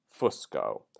Fusco